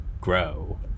grow